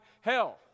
hell